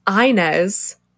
Inez